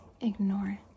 ignore